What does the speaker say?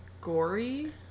gory